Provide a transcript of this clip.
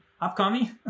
upcoming